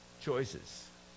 Choices